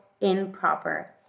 improper